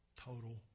total